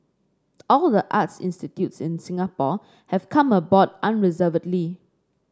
all the arts institutes in Singapore have come aboard unreservedly